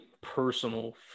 personal